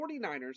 49ers